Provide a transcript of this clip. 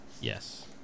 Yes